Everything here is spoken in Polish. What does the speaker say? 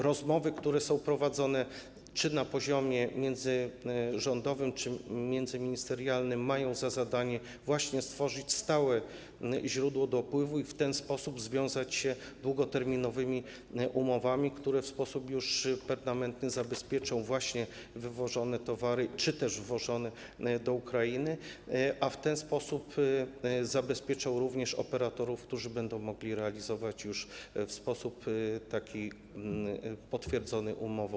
Rozmowy, które są prowadzone, czy na poziomie międzyrządowym, czy międzyministerialnym, mają za zadanie właśnie stworzyć stałe źródło dopływu i w ten sposób związać się długoterminowymi umowami, które w sposób permanentny zabezpieczą właśnie wywożone towary czy też wwożone do Ukrainy, a w ten sposób zabezpieczą również operatorów, którzy będą mogli realizować te przeładunki w sposób potwierdzony umową.